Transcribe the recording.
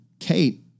Kate